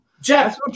Jeff